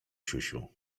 siusiu